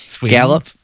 Gallop